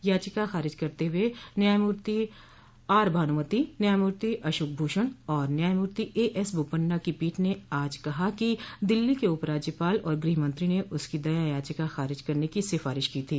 याचिका खारिज करते हुए न्यायमूर्ति आर भानुमति न्यायमूर्ति अशोक भूषण और न्यायमूर्ति ए एस बोपन्ना की पीठ ने आज कहा कि दिल्ली के उपराज्यपाल और गृहमंत्री ने उसकी दया याचिका खारिज करने की सिफारिश की थी